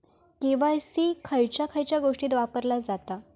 KYC खयच्या खयच्या गोष्टीत वापरला जाता?